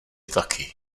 taky